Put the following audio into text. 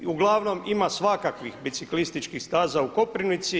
I uglavnom ima svakakvih biciklističkih staza u Koprivnici.